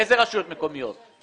באיזה רשויות מקומיות?